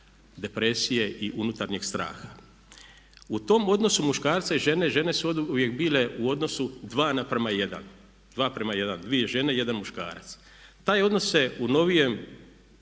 depresije i unutarnjeg straha. U tom odnosu muškarca i žene žene su oduvijek bile u odnosu 2:1, dvije žene i jedan muškarac. Taj odnos se u zadnjim